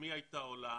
אמי הייתה עולה,